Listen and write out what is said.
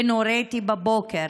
ונוריתי בבוקר,